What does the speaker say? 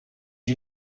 you